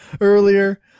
earlier